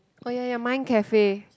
oh ya ya mind cafe